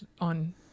on